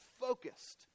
focused